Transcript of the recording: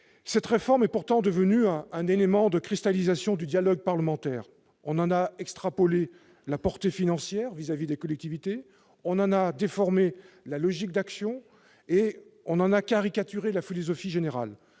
Cette réforme est pourtant devenue un élément de cristallisation du dialogue parlementaire : on en a extrapolé la portée financière vis-à-vis des collectivités, on en a déformé la logique d'action et on en a caricaturé la philosophie générale.